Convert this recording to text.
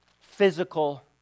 physical